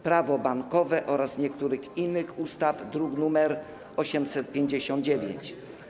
Prawo bankowe oraz niektórych innych ustaw, druk nr 859.